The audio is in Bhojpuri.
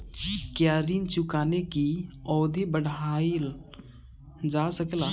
क्या ऋण चुकाने की अवधि बढ़ाईल जा सकेला?